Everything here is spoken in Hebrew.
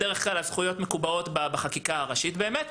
בדרך-כלל הזכויות מקובעות בחקיקה הראשית באמת.